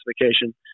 classification